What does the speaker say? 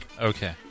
Okay